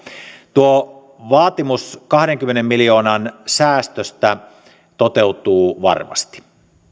tuo vaatimus kahdenkymmenen miljoonan säästöstä toteutuu varmasti